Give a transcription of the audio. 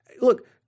look